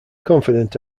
confident